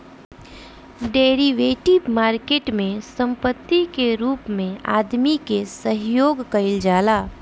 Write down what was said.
derivative market में संपत्ति के रूप में आदमी के सहयोग कईल जाला